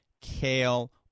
kale